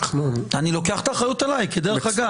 אני לוקח את האחריות עליי, דרך אגב.